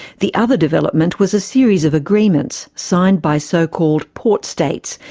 the other development was a series of agreements signed by so-called port states,